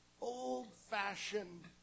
old-fashioned